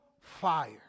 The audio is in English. fire